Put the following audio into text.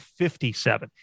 57